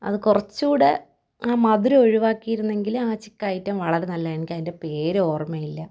അത് കുറച്ചും കൂടി ആ മധുരം ഒഴിവാക്കിയിരുന്നെങ്കിൽ ആ ചിക്കൻ ഐറ്റം വളരെ നല്ലതായിരുന്നു എനിക്ക് അതിൻ്റെ പേര് ഓർമ്മയില്ല